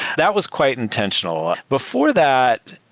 that was quite intentional. before that,